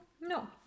No